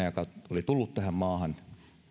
joka olin tullut tähän maahan